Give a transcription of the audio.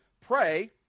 pray